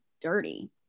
dirty